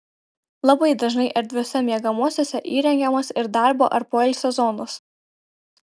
labai dažnai erdviuose miegamuosiuose įrengiamos ir darbo ar poilsio zonos